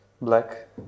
Black